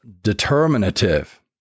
determinative